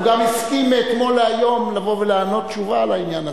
הוא גם הסכים מאתמול להיום לבוא ולענות תשובה על העניין הזה.